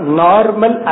normal